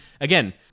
again